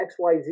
XYZ